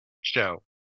show